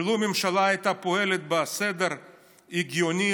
ולו הממשלה הייתה פועלת בסדר הגיוני,